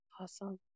Awesome